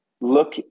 look